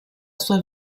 sua